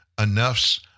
enough's